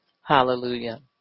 hallelujah